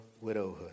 widowhood